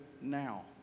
now